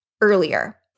earlier